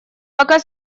пока